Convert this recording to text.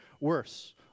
worse